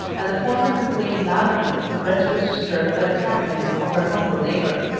and the former complained loudly that her rest was disturbed by the cackling of her humble neighbour.